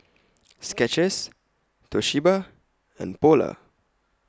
Skechers Toshiba and Polar